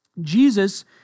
Jesus